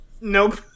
Nope